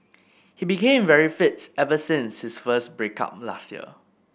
he became very fit ever since his first break up last year